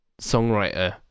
songwriter